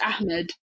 Ahmed